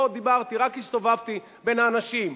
לא דיברתי, רק הסתובבתי בין האנשים.